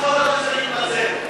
כל הזמן צריך להתנצל.